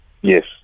Yes